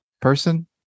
person